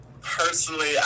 personally